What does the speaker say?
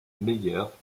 meilleur